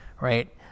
Right